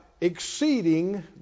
exceeding